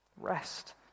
rest